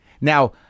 now